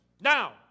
Now